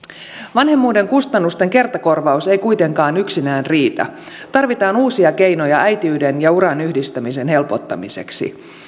vanhemmuuden kustannusten kertakorvaus ei kuitenkaan yksinään riitä tarvitaan uusia keinoja äitiyden ja uran yhdistämisen helpottamiseksi